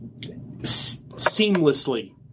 seamlessly